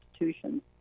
institutions